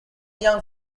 young